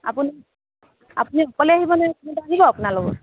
আপুনি আপুনি অকলে আহিবনে আৰু কোনোবা আহিব আপোনাৰ লগত